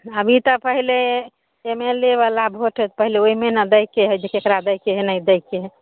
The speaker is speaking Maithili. अभी तऽ पहिले एम एल ए वला वोट हइ पहिले ओइमे ने दैके हइ जे ककरा दैके हइ नहि दैके हइ